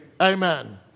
Amen